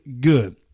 good